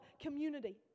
community